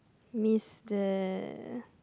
miss the